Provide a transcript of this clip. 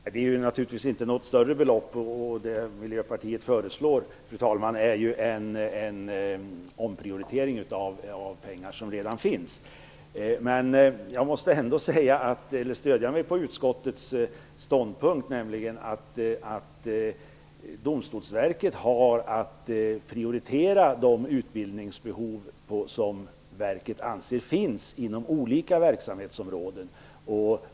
Fru talman! Det rör naturligtvis inget större belopp. Miljöpartiet föreslår en omprioritering av pengar som redan finns. Men jag måste ändå stödja mig på utskottets ståndpunkt, nämligen att Domstolsverket har att prioritera de utbildningsbehov som verket anser finns inom olika verksamhetsområden.